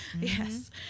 Yes